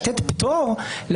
ו-13 יחולו אף מחוץ לתקופה האמורה".